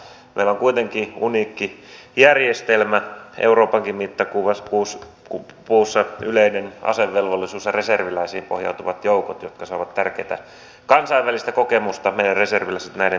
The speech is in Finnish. meillä on kuitenkin uniikki järjestelmä euroopankin mittapuussa yleinen asevelvollisuus ja reserviläisiin pohjautuvat joukot ja meidän reserviläiset saavat tärkeätä kansainvälistä kokemusta näiden toimintojen kautta